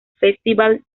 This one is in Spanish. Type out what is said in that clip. festival